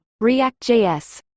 React.js